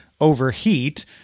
overheat